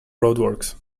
roadworks